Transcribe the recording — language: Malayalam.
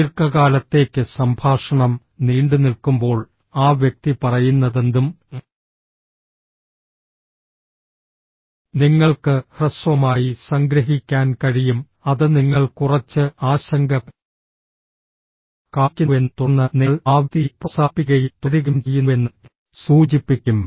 ദീർഘകാലത്തേക്ക് സംഭാഷണം നീണ്ടുനിൽക്കുമ്പോൾ ആ വ്യക്തി പറയുന്നതെന്തും നിങ്ങൾക്ക് ഹ്രസ്വമായി സംഗ്രഹിക്കാൻ കഴിയും അത് നിങ്ങൾ കുറച്ച് ആശങ്ക കാണിക്കുന്നുവെന്നും തുടർന്ന് നിങ്ങൾ ആ വ്യക്തിയെ പ്രോത്സാഹിപ്പിക്കുകയും തുടരുകയും ചെയ്യുന്നുവെന്നും സൂചിപ്പിക്കും